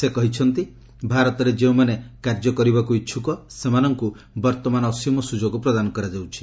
ସେ କହିଛନ୍ତି ଭାରତରେ ଯେଉଁମାନେ କାର୍ଯ୍ୟ କରିବାକୁ ଇଚ୍ଛୁକ ସେମାନଙ୍କୁ ବର୍ତ୍ତମାନ ଅସୀମ ସୁଯୋଗ ପ୍ରଦାନ କରାଯାଉଛି